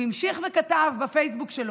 והוא המשיך וכתב בפייסבוק שלו: